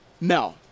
No